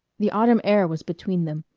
the autumn air was between them,